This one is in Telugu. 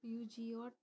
యూజియో